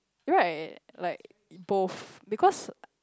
right like both because